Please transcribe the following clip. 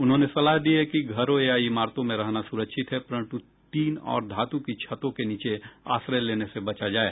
उन्होंने सलाह दी कि घरों या इमारतों में रहना सुरक्षित है परंतु टीन और धातु की छतों के नीचे आश्रय लेने से बचा जाए